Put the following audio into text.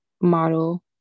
model